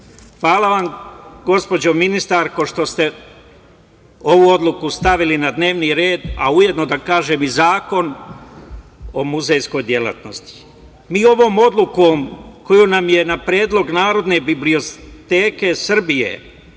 Hvala vam, gospođo ministarko, što ste ovu odluku stavili na dnevni red, a ujedno da kažem i Zakon o muzejskoj delatnosti. Mi ovom odlukom koju nam je na predlog Narodne biblioteke Srbije